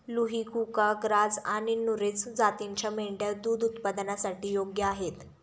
लुही, कुका, ग्राझ आणि नुरेझ जातींच्या मेंढ्या दूध उत्पादनासाठी योग्य आहेत